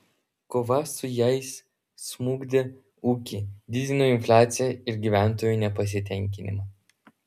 kova su jais smukdė ūkį didino infliaciją ir gyventojų nepasitenkinimą